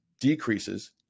decreases